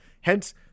Hence